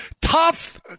Tough